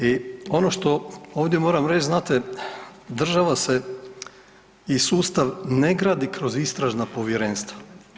I ono što ovdje moram reći, znate država se i sustav ne gradi kroz istražna povjerenstva.